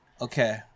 Okay